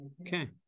Okay